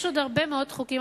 יש עוד הרבה מאוד חוקים,